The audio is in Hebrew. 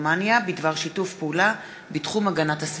רומניה בדבר שיתוף פעולה בתחום הגנת הסביבה.